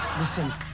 Listen